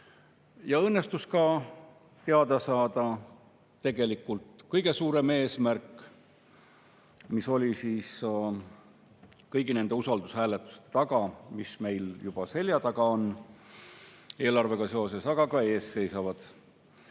Ja õnnestus ka teada saada tegelikult kõige suurem eesmärk, mis oli kõigi nende usaldushääletuste taga, mis meil juba seljataga on, eelarvega seoses, aga ka ees seisavad.